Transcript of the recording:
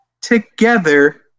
together